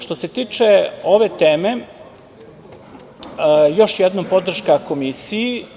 Što se tiče ove teme, još jednom, podrška komisiji.